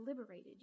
liberated